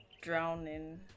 drowning